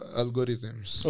algorithms